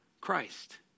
Christ